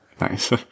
nice